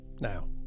Now